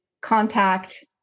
contact